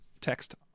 text